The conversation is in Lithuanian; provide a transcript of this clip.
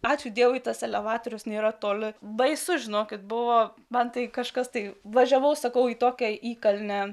ačiū dievui tas elevatorius nėra toli baisu žinokit buvo man tai kažkas tai važiavau sakau į tokią įkalnę